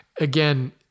again